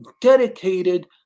dedicated